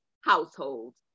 households